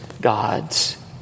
God's